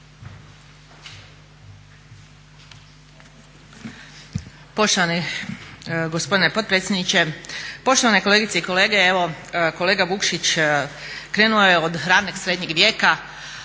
Poštovani gospodine potpredsjedniče, poštovane kolegice i kolege. Evo kolega Vukšić krenuo je od ranog srednjeg vijeka,